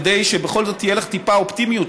כדי שבכל זאת תהיה לך טיפה אופטימיות,